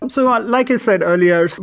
um so um like i said earlier,